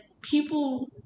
people